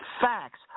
Facts